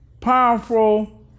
powerful